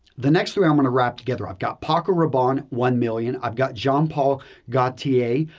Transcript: the next three i'm going to wrap together. i've got paco rabanne, one million, i've got jean paul gaultier,